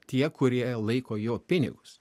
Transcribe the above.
tie kurie laiko jo pinigus